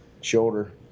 shoulder